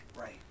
Right